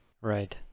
Right